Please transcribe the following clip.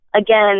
Again